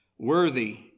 Worthy